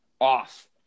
off